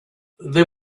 they